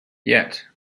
yet